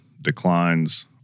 declines